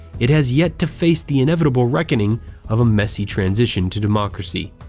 it has yet to face the inevitable reckoning of a messy transition to democracy.